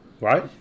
right